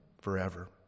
forever